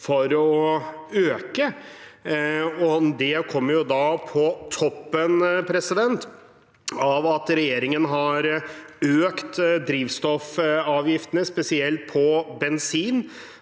for å øke. Det kommer på toppen av at regjeringen har økt drivstoffavgiftene, spesielt på bensin,